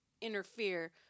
interfere